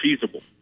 feasible